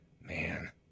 Man